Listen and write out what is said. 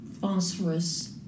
phosphorus